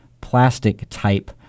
plastic-type